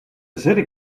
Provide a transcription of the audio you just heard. city